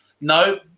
no